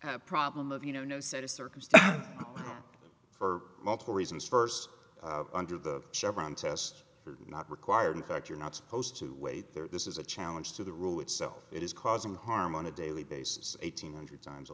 a problem of you know sort of circumstance for multiple reasons first under the chevron test not required that you're not supposed to wait there this is a challenge to the rule itself it is causing harm on a daily basis eight hundred times